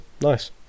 nice